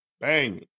bang